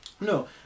No